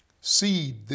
seed